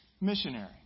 missionary